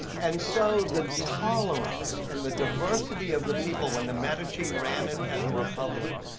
and so the tolerance and the diversity of the people, when the med key ran it as a republic,